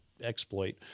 exploit